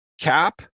cap